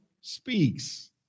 speaks